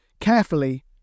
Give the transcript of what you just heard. Carefully